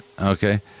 okay